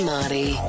Marty